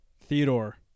Theodore